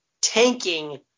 tanking